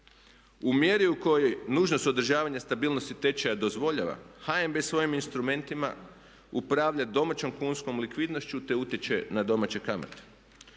U mjeri u kojoj nužnost održavanja stabilnosti tečaja dozvoljava HNB svojim instrumentima upravlja domaćom kunskom likvidnošću te utječe na domaće kamate.